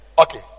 okay